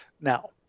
Now